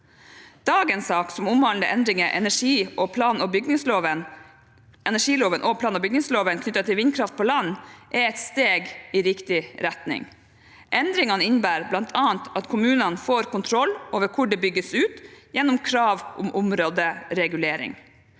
Dagens sak, som omhandler endringer i energiloven og plan- og bygningsloven knyttet til vindkraft på land, er et steg i riktig retning. Endringene innebærer bl.a. at kommunene får kontroll over hvor det bygges ut gjennom krav om områderegulering.